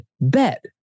bet